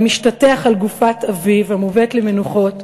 המשתטח על גופת אביו המובאת למנוחות,